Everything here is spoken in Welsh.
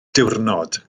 diwrnod